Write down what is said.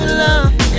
love